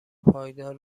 پایدار